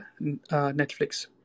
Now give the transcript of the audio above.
Netflix